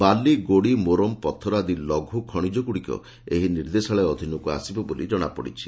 ବାଲି ଗୋଡ଼ି ମୋରମ ପଥର ଆଦି ଲଘ୍ର ଖଶିଜଗ୍ରଡ଼ିକ ଏହି ନିର୍ଦ୍ଦେଶାଳୟ ଅଧୀନକ୍ ଆସିବ ବୋଲି ଜଶାପଡ଼ିଛି